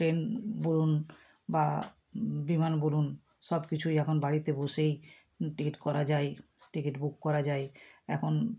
train বলুন বা বিমান বলুন সব কিছুই এখন বাড়িতে বসেই টিকিট করা যায় টিকিট বুক করা যায় এখন